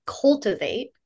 cultivate